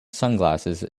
sunglasses